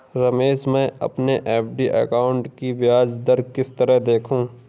रमेश मैं अपने FD account की ब्याज दर किस तरह देखूं?